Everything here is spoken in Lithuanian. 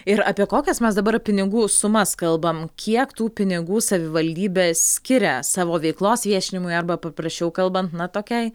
ir apie kokias mes dabar pinigų sumas kalbam kiek tų pinigų savivaldybė skiria savo veiklos viešinimui arba paprasčiau kalbant na tokiai